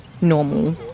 normal